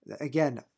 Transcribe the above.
Again